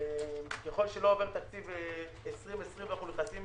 ככל שלא עובר תקציב 2020 אנחנו נכנסים